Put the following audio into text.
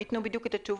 יענה על זה.